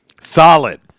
solid